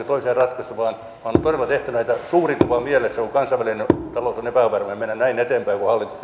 toiseen ratkaista vaan on todella tehtävä näitä suuri kuva mielessä kun kansainvälinen talous on epävarma ja mentävä näin eteenpäin kuten hallitus